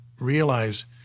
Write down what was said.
realize –